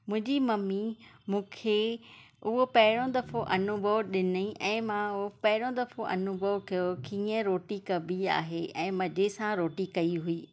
मुंहिंजी मम्मी मूंखे हूअ पहिरियों दफ़ो अनुभव ॾिनई ऐं मां हूअ पहिरियों दफ़ो अनुभव कयो कीअं रोटी कबी आहे ऐं मजे सां रोटी कई हुई